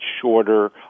shorter